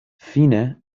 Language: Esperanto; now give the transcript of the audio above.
fine